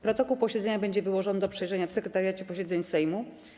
Protokół posiedzenia będzie wyłożony do przejrzenia w Sekretariacie Posiedzeń Sejmu.